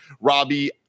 Robbie